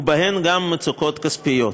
ובהן גם מצוקות כספיות.